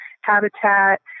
habitat